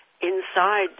inside